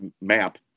map